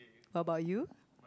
what about you